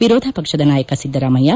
ವಿರೋಧ ಪಕ್ಷದ ನಾಯಕ ಸಿದ್ದರಾಮಯ್ಯ